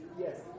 Yes